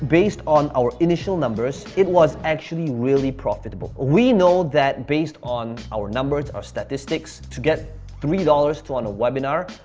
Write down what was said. based on our initial numbers, it was actually really profitable. we know that based on our numbers, our statistics, to get three dollars on a webinar,